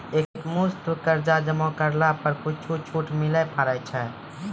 एक मुस्त कर्जा जमा करला पर कुछ छुट मिले पारे छै?